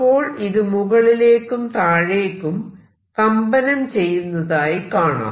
അപ്പോൾ ഇത് മുകളിലേക്കും താഴേക്കും കമ്പനം ചെയ്യുന്നതായി കാണാം